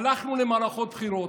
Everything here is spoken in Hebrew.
הלכנו למערכות בחירות.